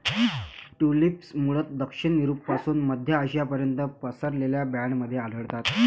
tulips मूळतः दक्षिण युरोपपासून मध्य आशियापर्यंत पसरलेल्या बँडमध्ये आढळतात